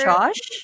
Josh